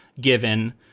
given